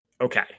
Okay